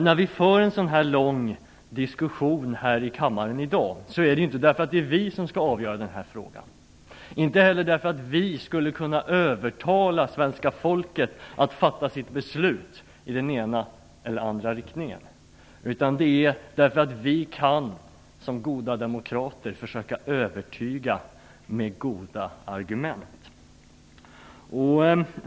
När vi i dag för denna långa diskussion här i kammaren gör vi inte det därför att det är vi här som skall avgöra frågan. Vi gör det inte heller därför att vi skulle kunna övertala svenska folket att fatta sitt beslut i den ena eller andra riktningen. Vi gör det därför att vi som goda demokrater kan försöka övertyga med goda argument.